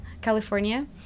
California